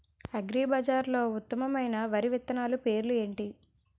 అగ్రిబజార్లో ఉత్తమమైన వరి విత్తనాలు పేర్లు ఏంటి?